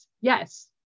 yes